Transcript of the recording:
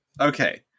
Okay